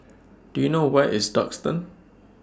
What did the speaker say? Do YOU know Where IS Duxton